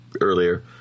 earlier